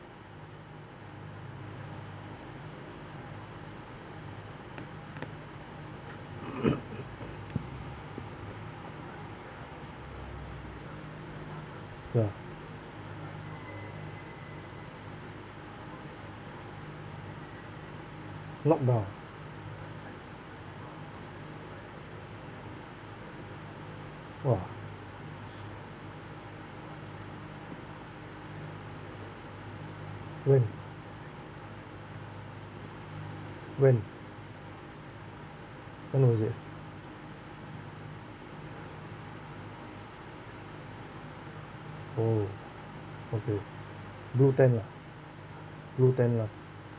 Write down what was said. ya knock down ah !wah! eh when when was it oh okay blue tent lah blue tent lah